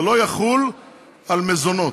זה לא יחול על מזונות.